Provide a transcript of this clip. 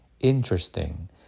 interesting